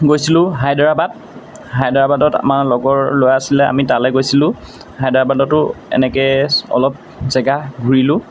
গৈছিলোঁ হায়দৰাবাদ হায়দৰাবাদত আমাৰ লগৰ ল'ৰা আছিলে আমি তালৈ গৈছিলোঁ হায়দৰাবাদতো এনেকৈ অলপ জেগা ঘূৰিলোঁ